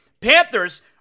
Panthers